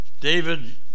David